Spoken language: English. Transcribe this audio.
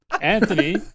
Anthony